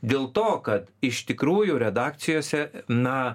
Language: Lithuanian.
dėl to kad iš tikrųjų redakcijose na